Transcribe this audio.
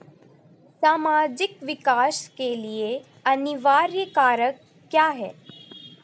सामाजिक विकास के लिए अनिवार्य कारक क्या है?